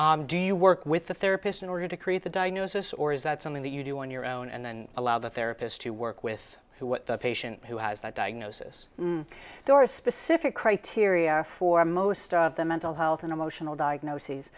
do you work with the therapist in order to create the diagnosis or is that something that you do on your own and then allow the therapist to work with what the patient who has a diagnosis or a specific criteria for most of the mental health and emotional diagnoses